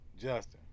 Justin